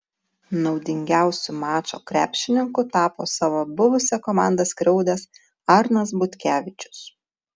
naudingiausiu mačo krepšininku tapo savo buvusią komandą skriaudęs arnas butkevičius